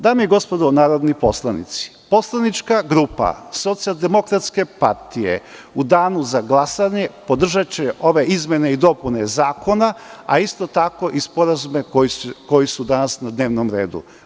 Dame i gospodo narodni poslanici, poslanička grupa SDPS u danu za glasanje podržaće ove izmene i dopune zakona, a isto tako i sporazume koji su danas na dnevnom redu.